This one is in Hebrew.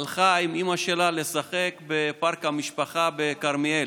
הלכה עם אימא שלה לשחק בפארק המשפחה בכרמיאל.